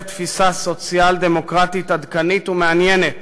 תפיסה סוציאל-דמוקרטית עדכנית ומעניינת.